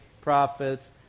prophets